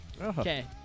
Okay